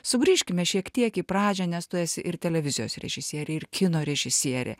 sugrįžkime šiek tiek į pradžią nes tu esi ir televizijos režisierė ir kino režisierė